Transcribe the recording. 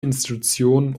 institution